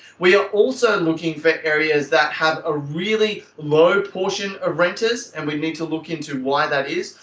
we are also looking for areas that have a really low portion of renters and we need to look into why that is.